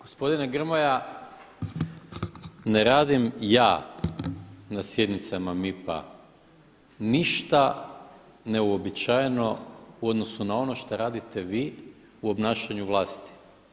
Gospodine Grmoja, ne radim ja na sjednicama MIP-a ništa neuobičajeno u odnosu na ono što radite vi u obnašanju vlasti.